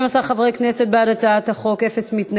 12 חברי כנסת בעד הצעת החוק, אין מתנגדים.